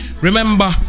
Remember